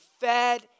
fed